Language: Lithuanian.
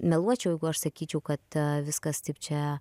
meluočiau jeigu aš sakyčiau kad viskas taip čia